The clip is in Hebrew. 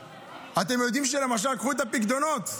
אתם יודעים, למשל, קחו את הפיקדונות,